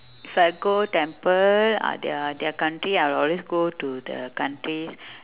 if I go temple ah their their country I always go to the country